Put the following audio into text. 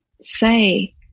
say